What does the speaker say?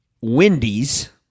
Wendy's